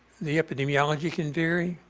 the epidemiology can vary.